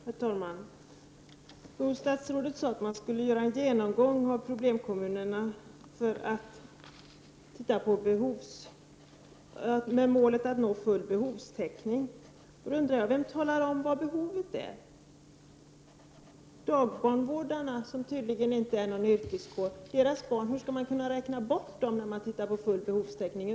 Herr talman! Statsrådet sade att man skulle göra en genomgång av problemkommunerna med målet att nå full behovstäckning. Då undrar jag: Vem talar om vad behovet är? Dagbarnvårdare är tydligen inte någon yrkeskår. Hur skall man kunna räkna bort deras barn när man tittar på full behovstäckning?